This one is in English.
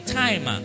time